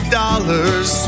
dollars